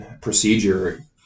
procedure